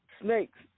Snakes